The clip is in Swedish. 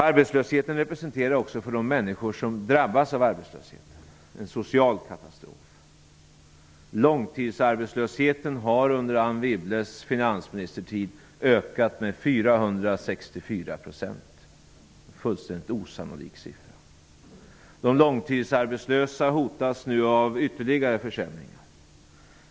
Arbetslösheten representerar också en social katastrof för de människor som drabbas av den. Långtidsarbetslösheten har under Anne Wibbles finansministertid ökat med 464 %-- en fullständigt osannolik siffra. De långtidsarbetslösa hotas nu av ytterligare försämringar.